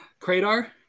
Cradar